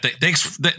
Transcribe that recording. thanks